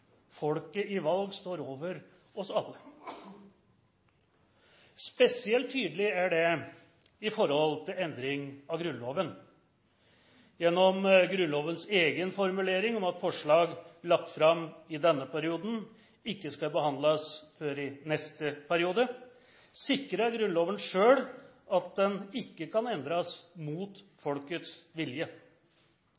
Folket i valg står over oss alle. Spesielt tydelig er det i forhold til endring av Grunnloven. Gjennom Grunnlovens egen formulering om at forslag lagt fram i denne perioden ikke skal behandles før i neste periode, sikrer Grunnloven selv at den ikke kan endres mot